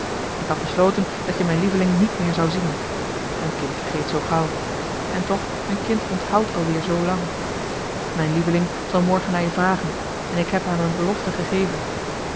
ik had besloten dat je mijn lieveling niet meer zou zien een kind vergeet zoo gauw en toch een kind onthoudt alweer zoo lang mijn lieveling zal morgen naar je vragen en ik heb haar mijn belofte gegeven